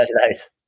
nice